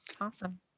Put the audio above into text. Awesome